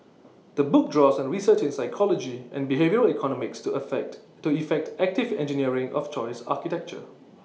the book draws on research in psychology and behavioural economics to affect to effect active engineering of choice architecture